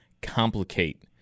complicate